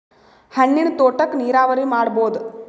ಹಣ್ಣಿನ್ ತೋಟಕ್ಕ ನೀರಾವರಿ ಮಾಡಬೋದ?